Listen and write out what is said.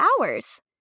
hours